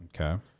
Okay